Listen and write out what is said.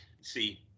see